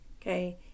Okay